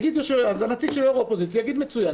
אז הנציג של יו"ר האופוזיציה יגיד: מצוין,